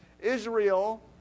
Israel